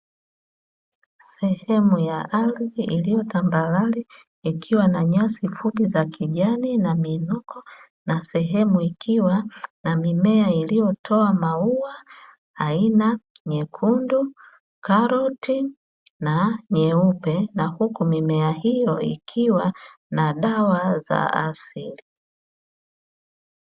Sehemu ya ardhi iliyo tambarare ikiwa na nyasi fupi za kijani na miinuko na sehemu ikiwa na mimea iliyotoa maua aina nyekundu, karoti na nyeupe huku mimea hiyo ikiwa na dawa za asili.